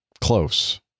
close